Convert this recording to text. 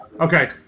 Okay